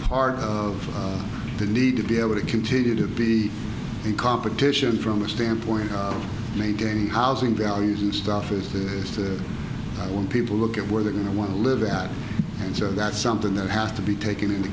part of the need to be able to continue to be in competition from a standpoint may gain housing values and stuff is as to when people look at where they're going to want to live at and so that's something that has to be taken into